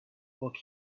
book